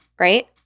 right